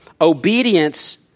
Obedience